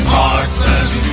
Heartless